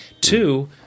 Two